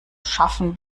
schaffen